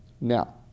Now